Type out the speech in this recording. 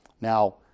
Now